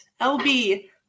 LB